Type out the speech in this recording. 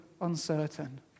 uncertain